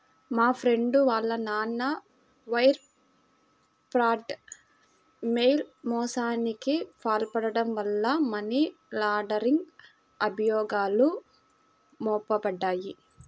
మా ఫ్రెండు వాళ్ళ నాన్న వైర్ ఫ్రాడ్, మెయిల్ మోసానికి పాల్పడటం వల్ల మనీ లాండరింగ్ అభియోగాలు మోపబడ్డాయి